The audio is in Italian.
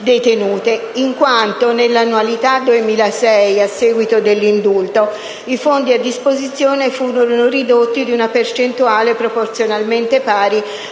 detenute, in quanto nell'annualità 2006, a seguito dell'indulto, i fondi a disposizione furono ridotti di una percentuale proporzionalmente pari